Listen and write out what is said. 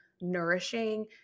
nourishing